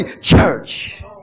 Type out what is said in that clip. church